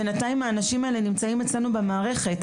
ובינתיים האנשים האלה נמצאים אצלנו במערכת.